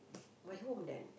my home then